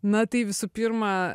na tai visų pirma